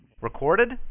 Recorded